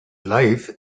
life